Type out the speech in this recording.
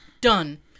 done